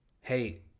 Hey